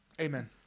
Amen